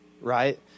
right